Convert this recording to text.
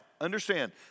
understand